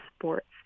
sports